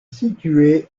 situé